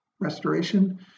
restoration